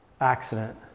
accident